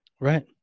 right